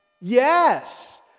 Yes